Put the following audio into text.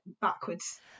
backwards